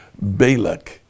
balak